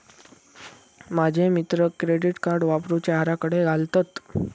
माझे मित्र credit card वापरुचे आराखडे घालतत